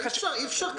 זה חשוב.